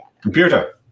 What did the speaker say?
computer